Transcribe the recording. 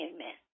Amen